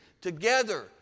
together